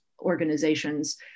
organizations